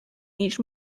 each